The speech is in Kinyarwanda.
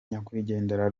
nyakwigendera